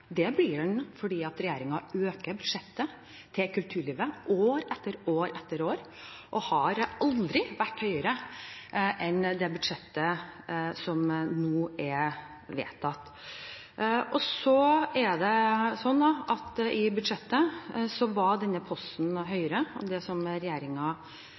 Det blir den, for regjeringen øker budsjettet til kulturlivet år etter år. Det har aldri vært høyere enn det budsjettet som nå